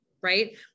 right